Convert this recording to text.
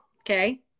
okay